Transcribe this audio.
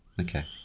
Okay